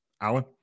Alan